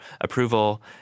approval